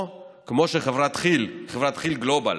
או, כמו שחברת כיל, חברת כיל גלובל,